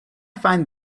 find